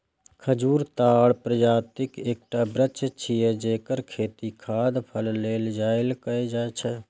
खजूर ताड़ प्रजातिक एकटा वृक्ष छियै, जेकर खेती खाद्य फल लेल कैल जाइ छै